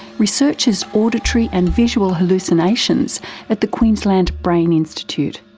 researches auditory and visual hallucinations at the queensland brain institute.